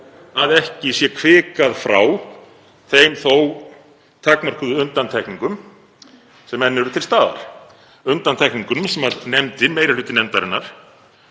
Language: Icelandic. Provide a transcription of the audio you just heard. að ekki sé hvikað frá þeim þó takmörkuðu undantekningum sem enn eru til staðar, undantekningunum sem meiri hluti nefndarinnar